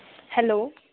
hello